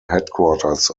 headquarters